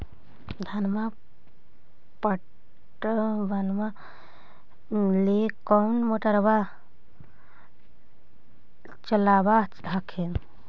धनमा पटबनमा ले कौन मोटरबा चलाबा हखिन?